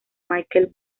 michael